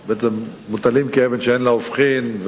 מוטלים כאבן שאין לה הופכין,